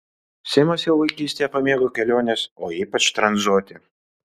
simas jau vaikystėje pamėgo keliones o ypač tranzuoti